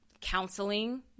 counseling